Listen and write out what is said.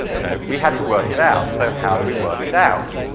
you know, we had to work it out. so, how do we work it out?